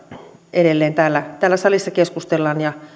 edelleen täällä täällä salissa keskustellaan ja